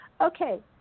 Okay